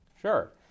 Sure